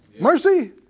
Mercy